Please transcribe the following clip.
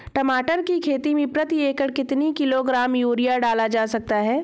टमाटर की खेती में प्रति एकड़ कितनी किलो ग्राम यूरिया डाला जा सकता है?